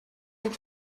und